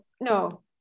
no